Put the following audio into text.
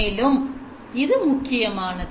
மேலும் இது முக்கியமானது